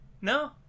No